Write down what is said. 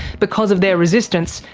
because of their resistance,